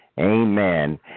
Amen